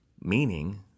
meaning